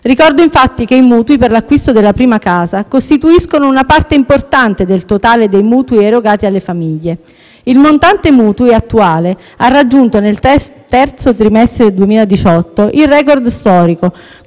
contraendo; i mutui per l'acquisto della prima casa costituiscono una parte importante del totale dei mutui erogati alle famiglie. Il montante mutui attuale ha raggiunto nel secondo trimestre 2018 il *record* storico,